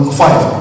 five